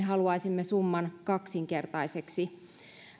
haluaisimme summan kaksinkertaiseksi